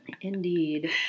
Indeed